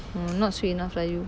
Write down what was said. orh not sweet enough lah you